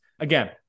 again